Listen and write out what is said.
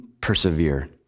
persevere